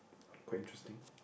quite interesting